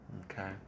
Okay